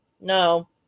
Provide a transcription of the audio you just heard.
no